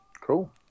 Cool